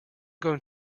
going